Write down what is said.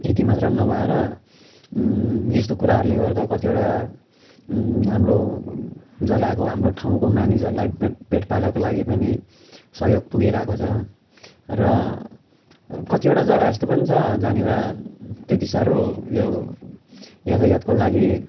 यति मात्र नभएर यस्तो कुराहरूले गर्दा कतिवटा हाम्रो जग्गाको हाम्रो ठाउँको मानिसहरूलाई पे पेट पाल्नको लागि पनि सहयोग पुगिरहेको छ र कतिवटा जग्गा यस्तो पनि छ जहाँनिर त्यति सारो यो यातायातको लागि